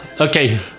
okay